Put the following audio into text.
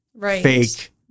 fake